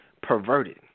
perverted